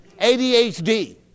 ADHD